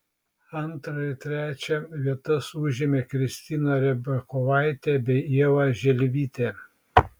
antrą ir trečią vietas užėmė kristina rybakovaitė bei ieva želvytė